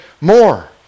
more